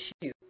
issue